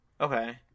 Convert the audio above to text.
okay